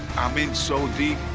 i'm in so deep.